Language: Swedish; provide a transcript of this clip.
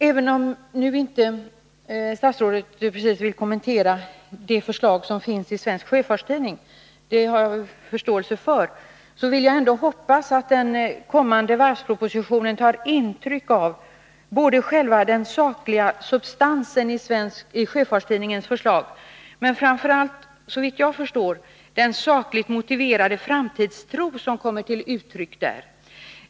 Även om statsrådet nu inte precis vill kommentera det förslag som finns i Svensk Sjöfarts Tidning — det har jag förståelse för — vill jag hoppas att den kommande varvspropositionen tar intryck både av själva den sakliga substansen i förslaget i Svensk Sjöfarts Tidning och framför allt av, såvitt jag förstår, den sakligt motiverade framtidstro som kommer till uttryck där.